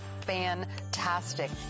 fantastic